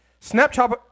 Snapchat